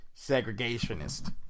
segregationist